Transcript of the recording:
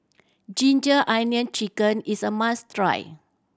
ginger onion chicken is a must try